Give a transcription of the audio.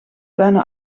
bijna